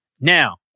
Now